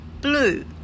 blue